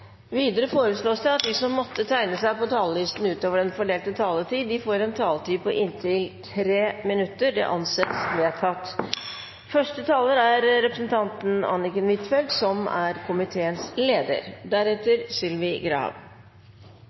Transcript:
Videre foreslås det at de som måtte tegne seg på talerlisten utover den fordelte taletid, får en taletid på inntil 3 minutter. – Det anses vedtatt.